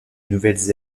nouvelles